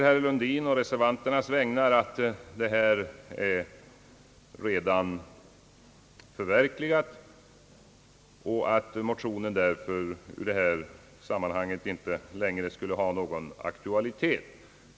Herr Lundin säger nu å reservanternas vägnar att dessa önskemål redan är förverkligade och att motionen därför inte längre skulle ha någon aktualitet.